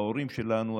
ההורים שלנו,